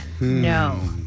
No